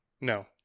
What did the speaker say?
no